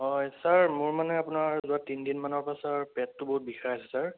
হয় ছাৰ মোৰ মানে আপোনাৰ যোৱা তিনিদিনমানৰ পৰা ছাৰ পেটটো বহুত বিষাই আছে ছাৰ